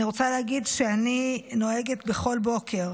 אני רוצה להגיד שאני נוהגת כל בוקר